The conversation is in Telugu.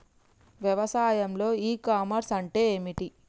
వ్యవసాయంలో ఇ కామర్స్ అంటే ఏమిటి?